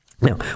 now